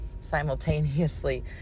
simultaneously